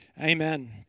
Amen